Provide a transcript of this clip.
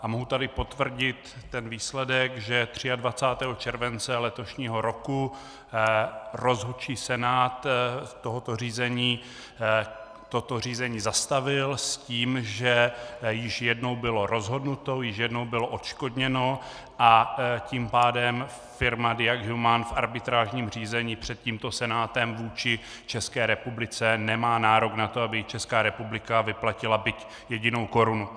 Mohu tady potvrdit výsledek, že 23. července letošního roku rozhodčí senát tohoto řízení toto řízení zastavil s tím, že již jednou bylo rozhodnuto, již jednou bylo odškodněno, a tím pádem firma Diag Human v arbitrážním řízení před tímto senátem vůči České republice nemá nárok na to, aby ji Česká republika vyplatila byť jedinou korunu.